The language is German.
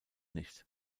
nicht